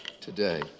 today